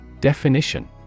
Definition